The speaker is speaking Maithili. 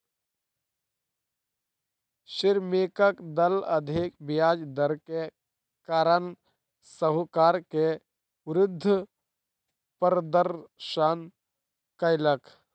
श्रमिकक दल अधिक ब्याज दर के कारण साहूकार के विरुद्ध प्रदर्शन कयलक